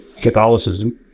Catholicism